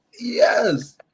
yes